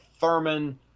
Thurman